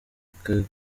kageyo